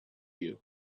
you